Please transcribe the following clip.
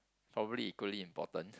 probably equally important